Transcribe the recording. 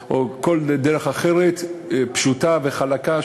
או כל דרך אחרת פשוטה וחלקה,